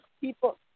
people